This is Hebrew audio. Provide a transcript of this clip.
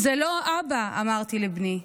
/ זה לא אבא, / אמרתי לבני,